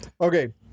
Okay